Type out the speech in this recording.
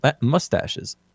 mustaches